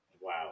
Wow